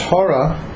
Torah